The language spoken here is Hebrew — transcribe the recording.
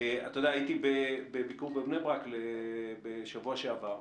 אתה יודע, הייתי בביקור בבני ברק בשבוע שעבר.